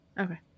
Okay